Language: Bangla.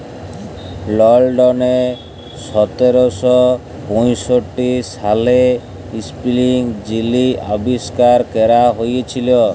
লল্ডলে সতের শ পঁয়ষট্টি সালে ইস্পিলিং যিলি আবিষ্কার ক্যরা হঁইয়েছিল